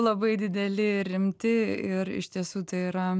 labai dideli rimti ir iš tiesų tai yra